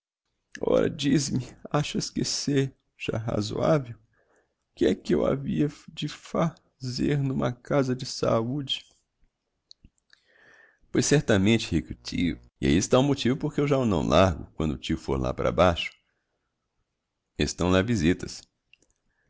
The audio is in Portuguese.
ora dize-me achas que se ja razoavel que é que eu havia de fa zer numa casa de saúde pois certamente rico tio e ahi está o motivo porque eu já o não largo quando o tio fôr lá para baixo estão lá visitas